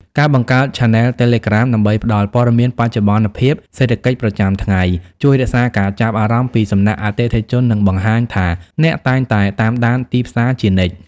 ការបង្កើតឆានែលតេឡេក្រាមដើម្បីផ្ដល់ព័ត៌មានបច្ចុប្បន្នភាពសេដ្ឋកិច្ចប្រចាំថ្ងៃ ជួយរក្សាការចាប់អារម្មណ៍ពីសំណាក់អតិថិជន និងបង្ហាញថាអ្នកតែងតែតាមដានទីផ្សារជានិច្ច។